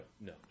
No